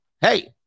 Hey